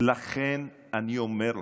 לכן אני אומר לכם,